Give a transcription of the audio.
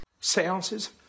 Seances